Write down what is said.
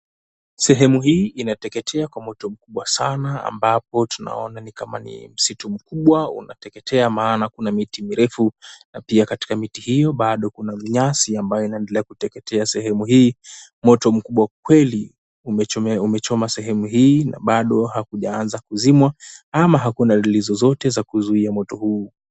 Sehemu hii inateketea kwa moto mkubwa sana ambapo tunaona ni kama ni msitu mkubwa unateketea maana kuna miti mirefu na pia katika miti hiyo bado kuna minyasi ambayo inaendelea kuteketea sehemu hii. Moto mkubwa kweli umeshoma sehemu hii na bado hakujaanza kuzimwa ama hakuna dalili zozote za kuzuia moto huu.